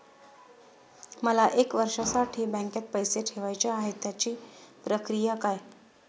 मला एक वर्षासाठी बँकेत पैसे ठेवायचे आहेत त्याची प्रक्रिया काय?